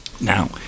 Now